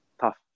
tough